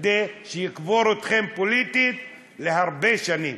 כדי שיקבור אתכם פוליטית להרבה שנים,